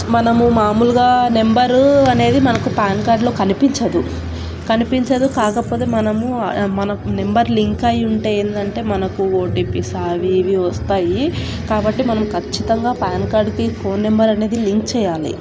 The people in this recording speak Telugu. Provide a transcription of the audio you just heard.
మనము మామూలుగా నెంబరు అనేది మనకు పాన్ కార్డులో కనిపించదు కనిపించదు కాకపోతే మనము మన నెంబర్ లింక్ అయి ఉంటే ఏందంటే మనకు ఓటీపీ సా అవి ఇవి వస్తాయి కాబట్టి మనం ఖచ్చితంగా పాన్ కార్డుకి ఫోన్ నెంబర్ అనేది లింక్ చేయాలి